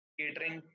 catering